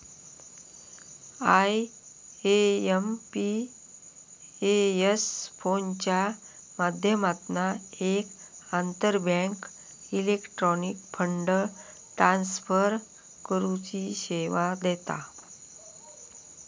IMPS फोनच्या माध्यमातना एक आंतरबँक इलेक्ट्रॉनिक फंड ट्रांसफर करुची सेवा देता